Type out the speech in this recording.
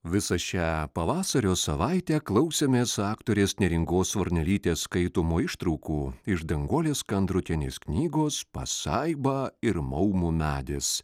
visą šią pavasario savaitę klausėmės aktorės neringos varnelytės skaitomų ištraukų iš danguolės kandrotienės knygos pasaiba ir maumų medis